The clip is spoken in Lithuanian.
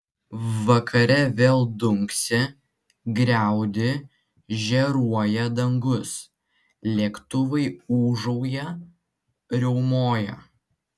vakare vėl dunksi griaudi žėruoja dangus lėktuvai ūžauja riaumoja